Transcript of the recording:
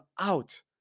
out